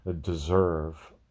deserve